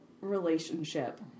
relationship